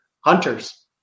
hunters